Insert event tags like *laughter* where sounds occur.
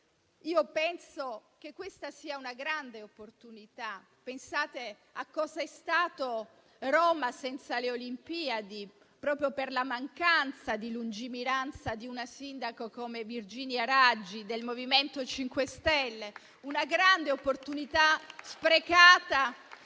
e che questa sia una grande opportunità. Pensate a cosa è stata Roma senza le Olimpiadi, proprio per la mancanza di lungimiranza di una sindaca come Virginia Raggi del MoVimento 5 Stelle. *applause* una grande opportunità sprecata